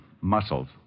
Muscles